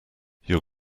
you’re